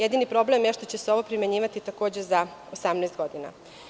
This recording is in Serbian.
Jedini problem je što će se ovo primenjivati za 18 godina.